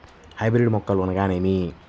Hybrid మొక్కలు అనగానేమి?